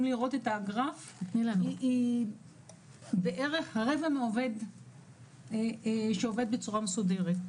לראות את הגרף היא בערך רבע מעובד שעובד בצורה מסודרת.